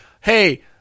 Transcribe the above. hey